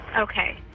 Okay